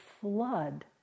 flood